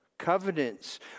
covenants